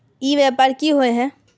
ई व्यापार की होय है?